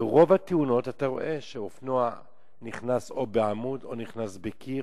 וברוב התאונות אתה רואה שאופנוע נכנס בעמוד או בקיר,